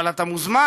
אבל אתה מוזמן.